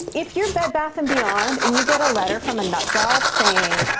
if you're bed, bath and beyond and you get a letter from a nut job saying,